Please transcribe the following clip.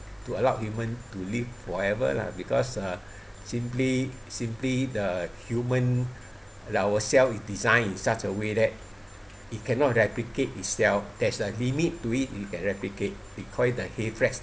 to allow human to live forever lah because uh simply simply the human our cell is designed in such a way that it cannot replicate itself there's a limit to it it can replicate we call it the hayflick